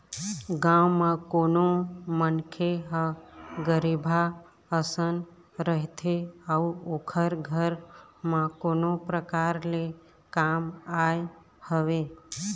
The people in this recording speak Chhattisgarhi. गाँव म कोनो मनखे ह गरीबहा असन रहिथे अउ ओखर घर म कोनो परकार ले काम आय हवय